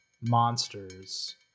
monsters